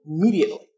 immediately